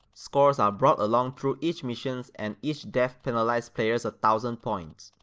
scores are brought along through each missions and each death penalize players a thousand points.